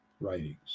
writings